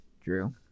Drew